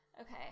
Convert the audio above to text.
Okay